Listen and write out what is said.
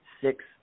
Six